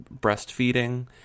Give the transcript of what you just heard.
breastfeeding